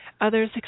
others